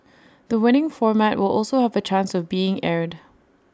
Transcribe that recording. the winning format will also have A chance of being aired